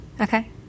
Okay